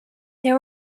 there